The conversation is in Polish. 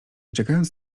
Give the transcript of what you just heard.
czekając